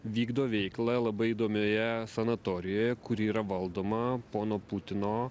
vykdo veiklą labai įdomioje sanatorijoje kuri yra valdoma pono putino